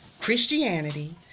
Christianity